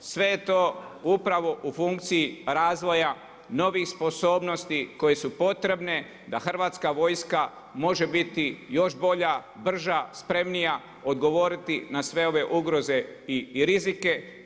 Sve je to upravo u funkciji razvoja novih sposobnosti koje su potrebne da Hrvatska vojska može biti još bolja, brža, spremnija odgovoriti na sve ove ugroze i rizike.